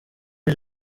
iri